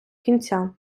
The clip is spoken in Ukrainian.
кінця